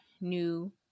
new